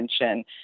attention